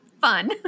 fun